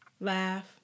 laugh